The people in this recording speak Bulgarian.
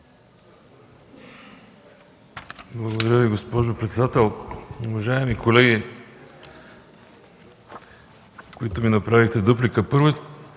Благодаря Ви, госпожо председател. Уважаеми колеги, които ми направихте реплики. Първо,